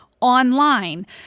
online